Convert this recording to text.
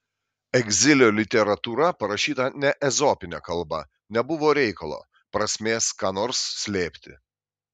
egzilio literatūra parašyta ne ezopine kalba nebuvo reikalo prasmės ką nors slėpti